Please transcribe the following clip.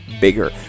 bigger